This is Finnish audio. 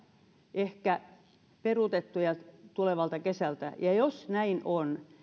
ehkä peruutettuja tulevalta kesältä ja jos näin on